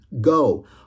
go